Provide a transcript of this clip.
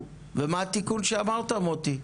ומה התיקון שאמרת מוטי?